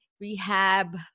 rehab